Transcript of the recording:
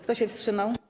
Kto się wstrzymał?